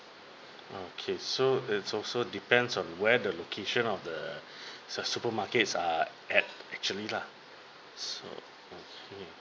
okay so it's also depends on where the location of the su~ supermarkets are at actually lah so